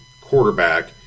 quarterback